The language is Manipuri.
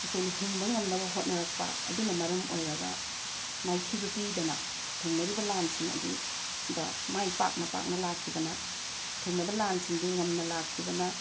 ꯑꯩꯈꯣꯏꯅ ꯍꯤꯡꯕ ꯉꯝꯅꯕ ꯍꯣꯠꯅꯔꯛꯄ ꯑꯗꯨꯅ ꯃꯔꯝ ꯑꯣꯏꯔꯒ ꯃꯥꯏꯊꯤꯕ ꯄꯤꯗꯅ ꯊꯦꯡꯅꯔꯤꯕ ꯂꯥꯟꯁꯤꯡ ꯑꯗꯨ ꯗ ꯃꯥꯏ ꯄꯥꯛꯅ ꯄꯥꯛꯅ ꯂꯥꯛꯈꯤꯕꯅ ꯊꯦꯡꯅꯕ ꯂꯥꯟꯁꯤꯡ ꯑꯗꯨ ꯉꯝꯅ ꯂꯥꯛꯈꯤꯕꯅ